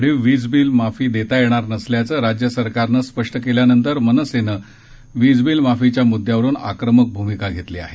वाढीव वीजबिल माफी देता येणार नसल्याचं राज्य सरकारनं स्पष्ट केल्यानंतर मनसेने वीजबिल माफीच्या म्दद्द्यावरून आक्रमक भूमिका घेतली आहे